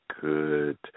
good